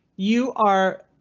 you are.